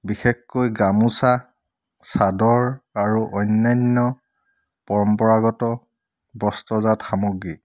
বিশেষকৈ গামোচা চাদৰ আৰু অন্যান্য পৰম্পৰাগত বস্ত্ৰজাত সামগ্ৰী